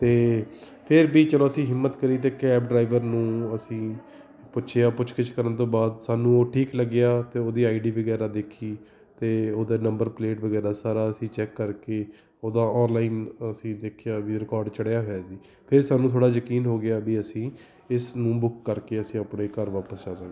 ਅਤੇ ਫਿਰ ਵੀ ਚੱਲੋ ਅਸੀਂ ਹਿੰਮਤ ਕਰੀ ਅਤੇ ਕੈਬ ਡਰਾਈਵਰ ਨੂੰ ਅਸੀਂ ਪੁੱਛਿਆ ਪੁੱਛਗਿਛ ਕਰਨ ਤੋਂ ਬਾਅਦ ਸਾਨੂੰ ਉਹ ਠੀਕ ਲੱਗਿਆ ਅਤੇ ਉਹਦੀ ਆਈ ਡੀ ਵਗੈਰਾ ਦੇਖੀ ਅਤੇ ਉਹਦਾ ਨੰਬਰ ਪਲੇਟ ਵਗੈਰਾ ਸਾਰਾ ਅਸੀਂ ਚੈੱਕ ਕਰਕੇ ਉਹਦਾ ਔਨਲਾਈਨ ਅਸੀਂ ਦੇਖਿਆ ਵੀ ਰਿਕੋਡ ਚੜ੍ਹਿਆ ਹੈ ਜੀ ਫਿਰ ਸਾਨੂੰ ਥੋੜ੍ਹਾ ਯਕੀਨ ਹੋ ਗਿਆ ਵੀ ਅਸੀਂ ਇਸ ਨੂੰ ਬੁੱਕ ਕਰਕੇ ਅਸੀਂ ਆਪਣੇ ਘਰ ਵਾਪਸ ਆ ਸਕਦੇ